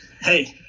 Hey